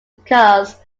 because